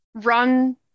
run